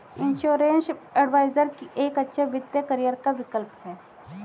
insurance adviser एक अच्छा वित्तीय करियर का विकल्प है